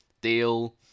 deal